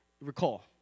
recall